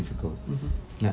mmhmm